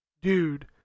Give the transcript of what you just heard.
dude